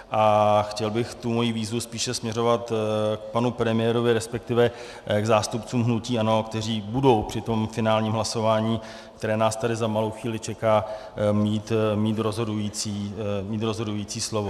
A chtěl bych tu svoji výzvu spíše směřovat k panu premiérovi, resp. k zástupcům hnutí ANO, kteří budou při tom finálním hlasování, které nás tady za malou chvíli čeká, mít rozhodující slovo.